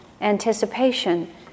anticipation